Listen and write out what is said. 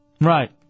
Right